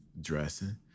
Dressing